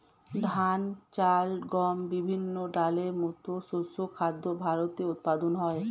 ধান, চাল, গম, বিভিন্ন ডালের মতো শস্য খাদ্য ভারতে উৎপাদন হয়